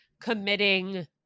committing